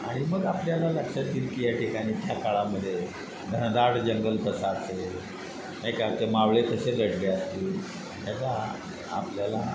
आणि मग आपल्याला लक्षात येईल की या ठिकाणी त्याकाळामध्ये घनदाट जंगल कसा असेल नाही का ते मावळे तसे लढले असतील त्याचा आपल्याला